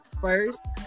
first